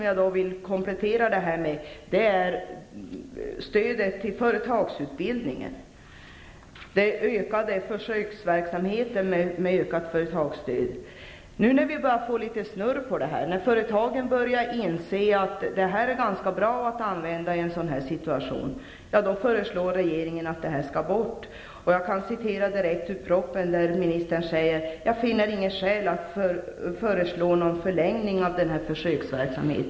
Jag vill komplettera bilden med en annan fråga, nämligen stödet till företagsutbildningen och försöksverksamheten med ökat företagsstöd. När vi nu börjat få litet snurr på detta och företagen börjat inse att detta är ganska bra att använda i en sådan här situation, föreslår regeringen att stödet skall bort. I budgetpropositionen säger ministern: Jag finner inget skäl att föreslå någon förlängning av denna försöksverksamhet.